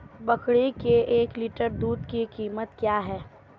बकरी के एक लीटर दूध की कीमत क्या है?